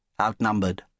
outnumbered